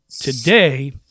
today